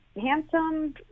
handsome